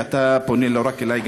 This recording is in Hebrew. ואתה פונה לא רק אלי,